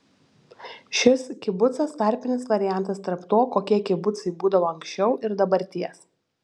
šis kibucas tarpinis variantas tarp to kokie kibucai būdavo anksčiau ir dabarties